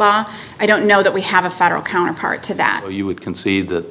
law i don't know that we have a federal counterpart to that you would concede that